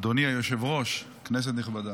אדוני היושב-ראש, כנסת נכבדה,